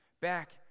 back